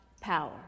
power